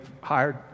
hired